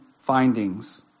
findings